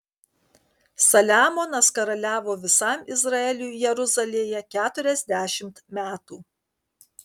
saliamonas karaliavo visam izraeliui jeruzalėje keturiasdešimt metų